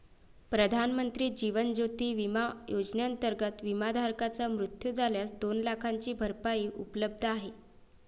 प्रधानमंत्री जीवन ज्योती विमा योजनेअंतर्गत, विमाधारकाचा मृत्यू झाल्यास दोन लाखांची भरपाई उपलब्ध आहे